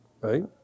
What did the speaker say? Right